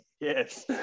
Yes